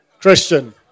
Christian